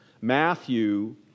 Matthew